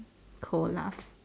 cold laugh